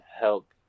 help